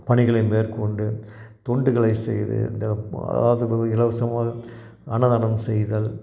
பணிகளை மேற்கொண்டு தொண்டுகளை செய்து இந்த அதாவது வே இலவசமாக அன்னதானம் செய்தல்